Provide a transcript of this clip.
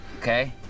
Okay